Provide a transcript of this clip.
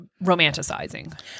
romanticizing